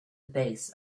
base